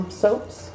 soaps